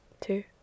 two